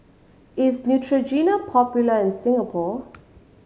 is Neutrogena popular in Singapore